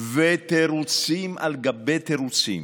ותירוצים על גבי תירוצים.